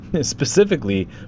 specifically